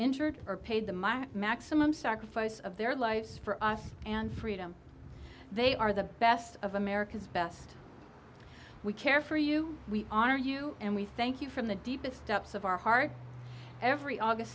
injured or paid the maximum sacrifice of their lives for us and freedom they are the best of america's best we care for you we honor you and we thank you from the deepest depths of our heart every august